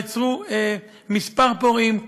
נעצרו כמה פורעים,